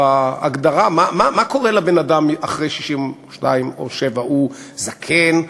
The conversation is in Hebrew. בהגדרה מה קורה לאדם אחרי גיל 62 או 67: הוא זקן?